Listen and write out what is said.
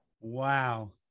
Wow